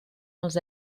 els